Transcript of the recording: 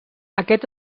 aquest